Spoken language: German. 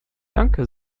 danke